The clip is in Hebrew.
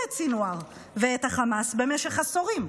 את סנוואר ואת החמאס במשך עשורים,